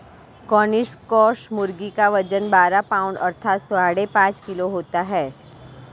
Cornish cross मुर्गी का वजन बारह पाउण्ड अर्थात साढ़े पाँच किलो होता है